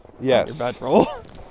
Yes